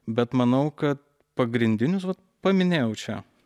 bet manau kad pagrindinius vat paminėjau čia